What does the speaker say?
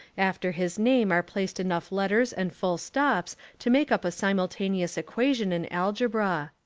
after his name are placed enough letters and full stops to make up a simultaneous equation in algebra.